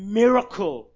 miracle